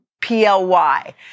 P-L-Y